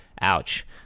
Ouch